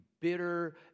bitter